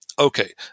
okay